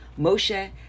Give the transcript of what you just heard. Moshe